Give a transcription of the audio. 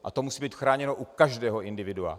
A to musí být chráněno u každého individua.